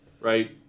right